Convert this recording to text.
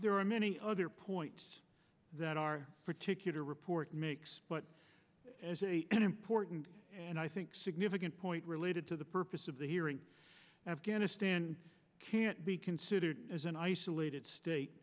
there are many other points that our particular report makes but as a an important and i think significant point related to the purpose of the hearing afghanistan can't be considered as an isolated state